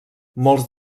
molts